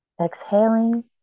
exhaling